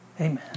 amen